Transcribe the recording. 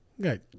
Good